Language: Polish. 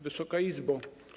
Wysoka Izbo!